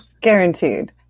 Guaranteed